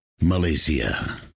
Malaysia